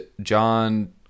John